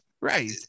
Right